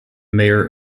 mayor